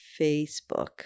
Facebook